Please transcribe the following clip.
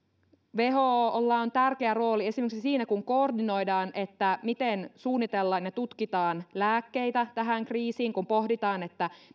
wholla on tärkeä rooli esimerkiksi siinä kun koordinoidaan miten suunnitellaan ja tutkitaan lääkkeitä tähän kriisiin kun pohditaan